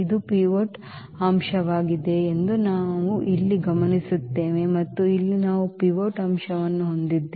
ಇದು ಪಿವೋಟ್ ಅಂಶವಾಗಿದೆ ಎಂದು ನಾವು ಇಲ್ಲಿ ಗಮನಿಸುತ್ತೇವೆ ಮತ್ತು ಇಲ್ಲಿ ನಾವು ಪಿವೋಟ್ ಅಂಶವನ್ನು ಹೊಂದಿದ್ದೇವೆ